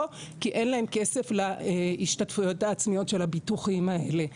כי אין להם כסף להשתתפויות העצמיות של הביטוחים האלה.